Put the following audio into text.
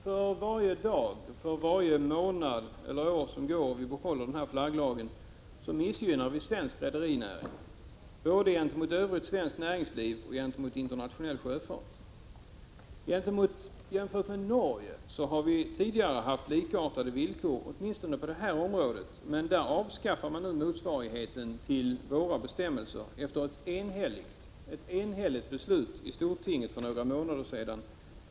För varje dag, varje månad eller varje år som går som vi behåller denna flagglag missgynnar vi svensk rederinäring, både gentemot övrigt svenskt näringsliv och gentemot internationell sjöfart. Vi har tidigare haft villkor som liknar dem som man har i Norge, åtminstone på detta område. Men där avskaffar man nu motsvarigheten till våra bestämmelser efter ett enhälligt beslut i Stortinget för några månader sedan.